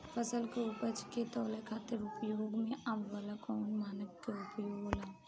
फसल के उपज के तौले खातिर उपयोग में आवे वाला कौन मानक के उपयोग होला?